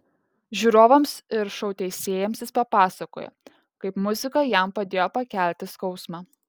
žiūrovams ir šou teisėjams jis papasakojo kaip muzika jam padėjo pakelti skausmą